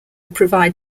provide